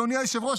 אדוני היושב-ראש,